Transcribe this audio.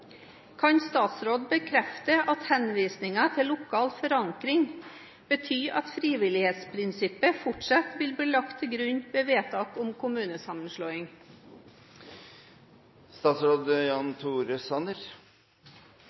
Kan statsråden bekrefte at henvisning til lokal forankring betyr at frivillighetsprinsippet fortsatt vil bli lagt til grunn ved vedtak om kommunesammenslåing?»